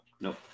nope